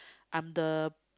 I'm the